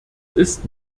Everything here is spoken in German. ist